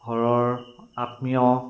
ঘৰৰ আত্মীয়